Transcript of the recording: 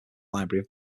library